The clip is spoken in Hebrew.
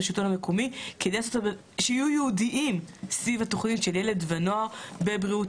בשלטון המקומי כדי שיהיו ייעודיים סביב התוכנית של ילד ונוער בבריאות